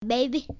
Baby